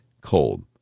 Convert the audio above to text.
cold